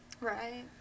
right